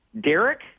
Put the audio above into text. Derek